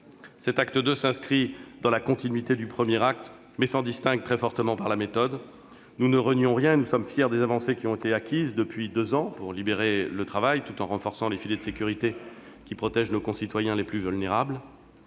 Cet acte II s'inscrit dans la continuité du premier acte, mais s'en distingue très fortement par la méthode. Nous ne renions rien et nous sommes fiers des avancées qui ont été acquises depuis deux ans pour libérer le travail tout en renforçant les filets de sécurité qui protègent nos concitoyens les plus vulnérables.